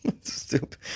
Stupid